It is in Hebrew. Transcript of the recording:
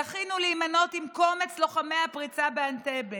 זכינו להימנות עם קומץ לוחמי הפריצה באנטבה,